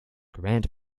grant